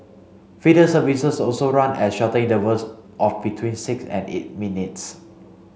feeder services also run at shorter intervals of between six and eight minutes